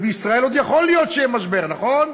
ובישראל עוד יכול להיות שיהיה משבר, נכון?